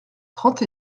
trente